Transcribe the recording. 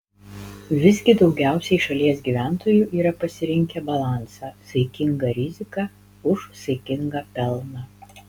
visgi daugiausiai šalies gyventojų yra pasirinkę balansą saikinga rizika už saikingą pelną